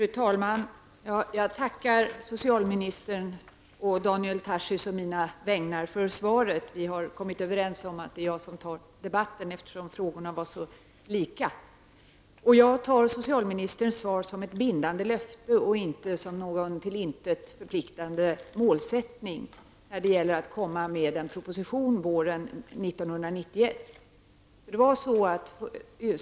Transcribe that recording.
Fru talman! Jag tackar socialministern å Daniel Tarschys och mina vägnar för svaret -- vi har kommit överens om att det är jag som skall föra debatten, eftersom våra frågor var så lika. Jag tar socialministerns svar som ett bindande löfte -- och inte som någon till intet förpliktande målsättning -- om att komma med en proposition våren 1991.